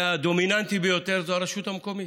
והדומיננטי ביותר היא הרשות המקומית.